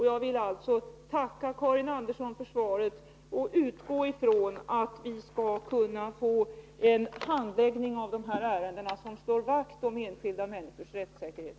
Jag vill alltså tacka Karin Andersson för svaret och utgå ifrån att vi i fortsättningen skall kunna få en handläggning av de här ärendena som slår vakt om enskilda människors rättssäkerhet.